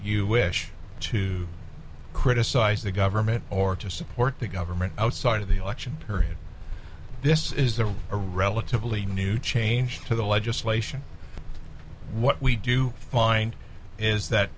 you wish to criticize the government or to support the government outside of the election period this is there a relatively new change to the legislation what we do find is that